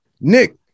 Nick